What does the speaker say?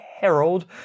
Herald